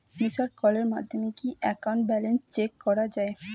Missed কলের মাধ্যমে কি একাউন্ট ব্যালেন্স চেক করা যায়?